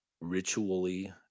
ritually